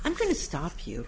i'm going to stop you